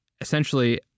essentially